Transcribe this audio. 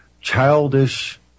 childish